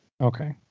Okay